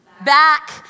back